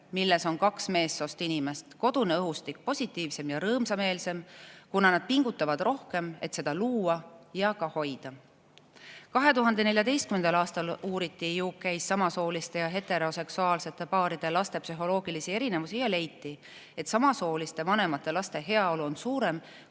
milles on kaks meessoost inimest, kodune õhustik positiivsem ja rõõmsameelsem, kuna nad pingutavad rohkem, et seda luua ja ka hoida. 2014. aastal uuriti ÜK-s samasooliste ja heteroseksuaalsete paaride laste psühholoogilisi erinevusi ja leiti, et samasooliste vanemate laste heaolu on suurem